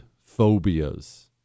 phobias